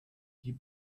die